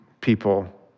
people